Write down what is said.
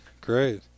great